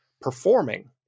performing